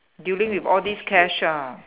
dealing with all these cash ah